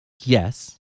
Yes